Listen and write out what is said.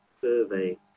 survey